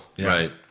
Right